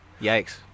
Yikes